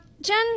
Jen